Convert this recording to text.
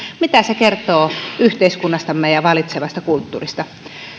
mitä se kertoo yhteiskunnastamme ja vallitsevasta kulttuurista